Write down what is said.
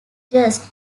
just